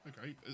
Okay